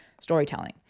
storytelling